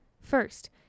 First